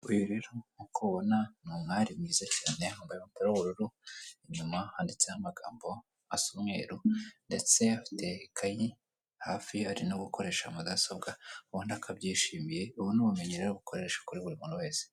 Uyu rero nk'uko ubibona ni umwari mwiza cyane wambaye umupira w'ubururu, inyuma handitseho amagambo asa umweru, ndetse afite ikayi hafi ari no gukoresha mudasobwa, ubona ko abyishimiye, ubu ni ubumenyi rero bukoresha kuri buri muntu wese.